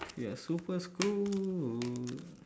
we are super screwed